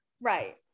Right